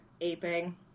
aping